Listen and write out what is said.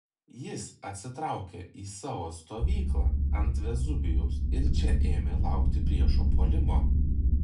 jis atsitraukė į savo stovyklą ant vezuvijaus ir čia ėmė laukti priešo puolimo